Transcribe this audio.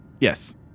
Yes